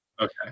Okay